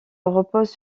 repose